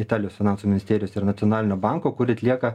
italijos finansų ministerijos ir nacionalinio banko kuri atlieka